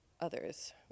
others